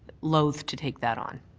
loathed to take that on.